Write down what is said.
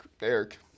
Eric